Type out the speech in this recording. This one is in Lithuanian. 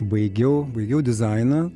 baigiau baigiau dizainą